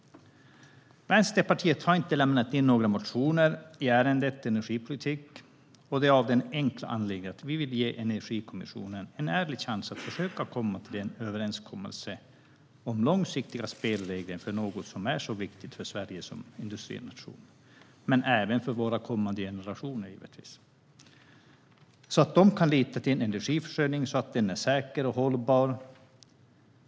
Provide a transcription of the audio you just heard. Vänsterpartiet har inte lämnat in några motioner i ärendet energipolitik av den enkla anledningen att vi vill ge Energikommissionen en ärlig chans att försöka komma fram till en överenskommelse om långsiktiga spelregler för något som är så viktigt för Sverige som industrination men även för våra kommande generationer, så att de kan lita på att energiförsörjningen är säker och hållbar.